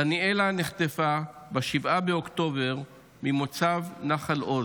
דניאלה נחטפה ב-7 באוקטובר ממוצב נחל עוז.